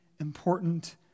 important